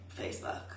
Facebook